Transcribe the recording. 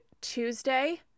Tuesday